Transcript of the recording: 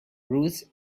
ruth